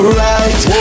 right